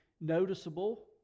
noticeable